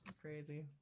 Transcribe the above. crazy